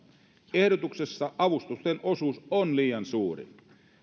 ehdotuksessa avustusten osuus on liian suuri